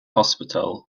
hospital